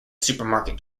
supermarket